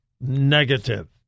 negative